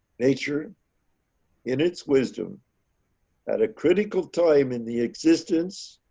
nature in its wisdom at a critical time in the existence